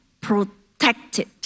protected